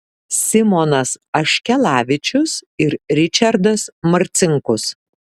simonas aškelavičius ir ričardas marcinkus